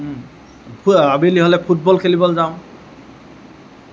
আবেলি হ'লে ফুটবল খেলিবলৈ যাওঁ